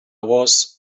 was